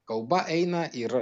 kalba eina ir